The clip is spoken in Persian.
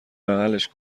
بغلش